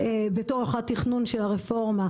בתוך תכנון הרפורמה,